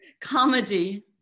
Comedy